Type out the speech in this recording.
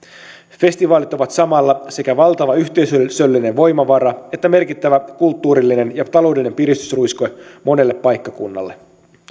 festivaalit ovat samalla sekä valtava yhteisöllinen voimavara että merkittävä kulttuurillinen ja taloudellinen piristysruiske monelle paikkakunnalle